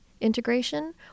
integration